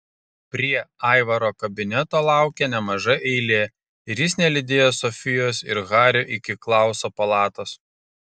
prie aivaro kabineto laukė nemaža eilė ir jis nelydėjo sofijos ir hario iki klauso palatos